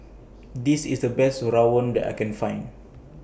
This IS The Best Rawon that I Can Find